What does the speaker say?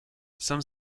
some